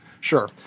Sure